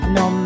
no